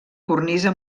cornisa